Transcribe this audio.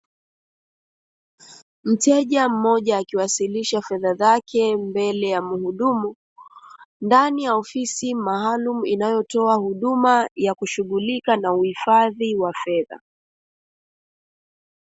Mteja mmoja akiwasilisha fedha zake mbele ya mhudumu, ndani ya ofisi maalum inayotoa huduma yakushugulika na huhifadhi wa fedha.